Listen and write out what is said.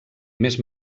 més